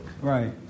Right